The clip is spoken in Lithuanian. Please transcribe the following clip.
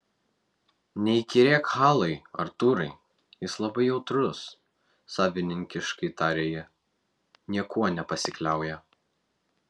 neįkyrėk halui artūrai jis labai jautrus savininkiškai tarė ji niekuo nepasikliauja